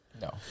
No